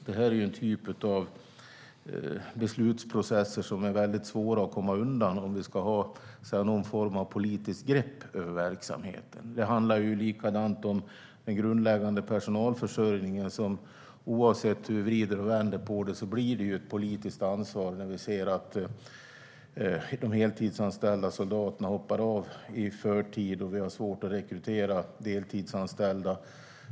Detta är en typ av beslutsprocesser som är väldigt svåra att komma undan om vi ska ha någon form av politiskt grepp över verksamheten. Det gäller på ett likartat sätt den grundläggande personalförsörjningen som oavsett hur vi vrider och vänder på det blir ett politiskt ansvar när vi ser att de heltidsanställda soldaterna hoppar av i förtid och vi har svårt att rekrytera deltidsanställda.